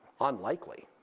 Unlikely